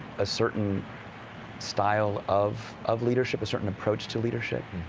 a certain style of of leadership, a certain approach to leadership.